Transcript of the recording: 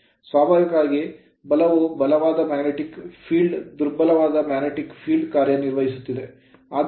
ಸ್ವಾಭಾವಿಕವಾಗಿ ಬಲವು ಬಲವಾದ magnetic field ಕಾಂತೀಯ ಕ್ಷೇತ್ರದಿಂದ ದುರ್ಬಲವಾದ magnetic field ಕಾಂತೀಯ ಕ್ಷೇತ್ರಕ್ಕೆ ಕಾರ್ಯನಿರ್ವಹಿಸುತ್ತಿದೆ